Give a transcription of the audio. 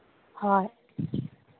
ꯍꯣꯏ